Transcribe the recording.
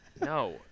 No